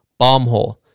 BOMBHOLE